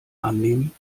annehmen